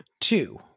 two